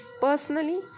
Personally